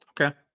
Okay